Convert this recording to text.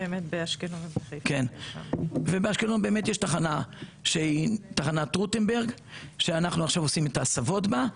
באשקלון יש תחנת רוטנברג שאנחנו עכשיו עושים את ההסבות בה,